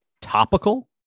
topical